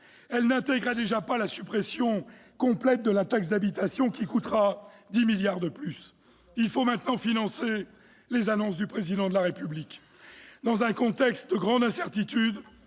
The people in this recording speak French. Elle n'intégrait déjà pas la suppression complète de la taxe d'habitation, qui coûtera 10 milliards d'euros de plus. Il faut maintenant financer les annonces du Président de la République. Dans un contexte de grande incertitude,